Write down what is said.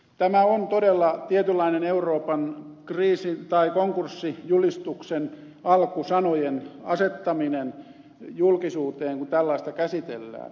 tämä on todella tietynlainen euroopan konkurssijulistuksen alkusanojen asettaminen julkisuuteen kun tällaista käsitellään